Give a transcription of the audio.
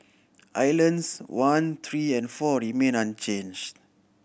islands one three and four remained unchanged